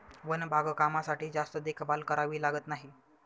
one बागकामासाठी जास्त देखभाल करावी लागत नाही